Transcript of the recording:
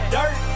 Dirt